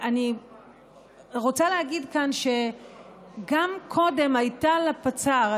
אני רוצה להגיד כאן שגם קודם הייתה לפצ"ר,